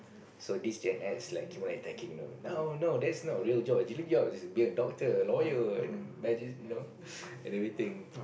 so this Gen-X like keep on attacking you know oh no that's not a real job a real job is being a doctor a lawyer and you know and everything